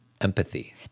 empathy